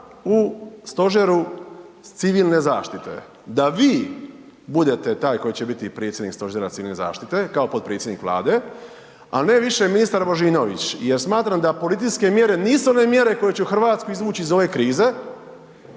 u stožeru civilne zaštite, da vi budete taj koji će biti predsjednik stožera civilne zaštite, kao potpredsjednik Vlade, a ne više ministar Božinović. Jer smatram da policijske mjere nisu one mjere koje će Hrvatsku izvući iz ove krize